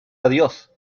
adiós